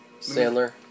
Sandler